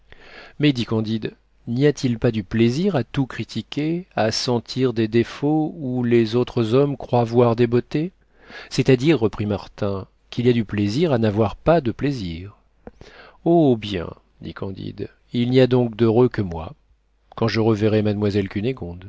dit candide n'y a-t-il pas du plaisir à tout critiquer à sentir des défauts où les autres hommes croient voir des beautés c'est-à-dire reprit martin qu'il y a du plaisir à n'avoir pas de plaisir oh bien dit candide il n'y a donc d'heureux que moi quand je reverrai mademoiselle